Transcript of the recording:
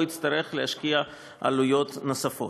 או יצטרך להשקיע עלויות נוספות.